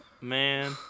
Man